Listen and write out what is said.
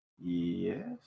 Yes